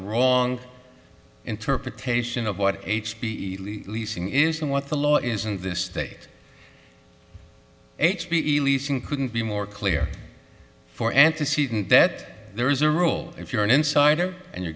wrong interpretation of what h b leasing is and what the law is in this state h b e leasing couldn't be more clear for antecedent that there is a rule if you're an insider and you're